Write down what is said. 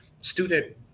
student